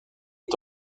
est